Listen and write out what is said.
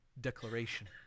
declaration